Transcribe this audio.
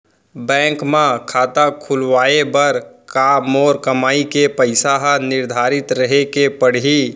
Bank म खाता खुलवाये बर का मोर कमाई के पइसा ह निर्धारित रहे के पड़ही?